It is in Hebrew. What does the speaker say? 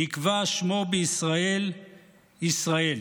נקבע שמו בישראל "ישראל".